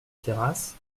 terrasse